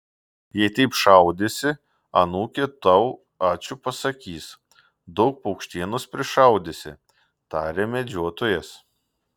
jei taip šaudysi anūkė tau ačiū pasakys daug paukštienos prišaudysi tarė medžiotojas